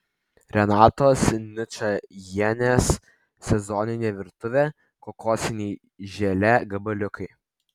renatos ničajienės sezoninė virtuvė kokosiniai želė gabaliukai